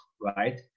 Right